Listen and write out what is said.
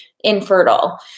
infertile